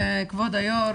כבוד היו"ר,